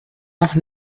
noch